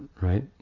right